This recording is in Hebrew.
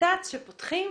הנת"צ שפותחים